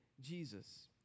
Jesus